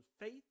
faith